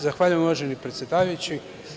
Zahvaljujem, uvaženi predsedavajući.